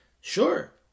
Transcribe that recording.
Sure